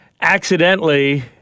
Accidentally